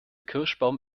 kirschbaum